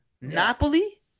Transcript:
Napoli